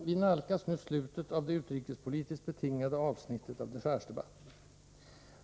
Vi nalkas nu slutet av det utrikespolitiskt betingade avsnittet av dechargedebatten.